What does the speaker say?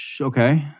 Okay